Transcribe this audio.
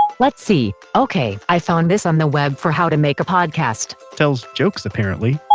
let's see, ok i found this on the web for how to make a podcast tells jokes apparently,